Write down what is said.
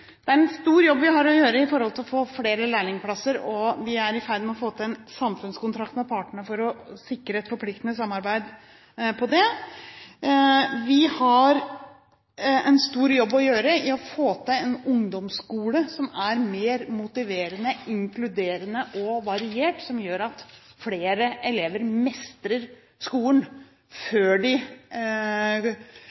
Det er en stor jobb vi har å gjøre for å få flere lærlingplasser. Vi er i ferd med å få til en samfunnskontrakt med partnere for å sikre et forpliktende samarbeid. Vi har en stor jobb å gjøre for å få til en ungdomsskole som er mer motiverende, inkluderende og variert, og som gjør at flere elever mestrer skolen